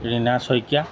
Rina Saikia